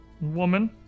woman